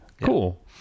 Cool